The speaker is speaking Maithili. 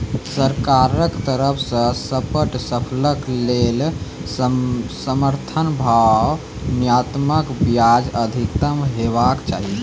सरकारक तरफ सॅ सबटा फसलक लेल समर्थन भाव न्यूनतमक बजाय अधिकतम हेवाक चाही?